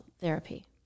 therapy